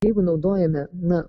jeigu naudojame na